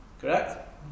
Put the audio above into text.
Correct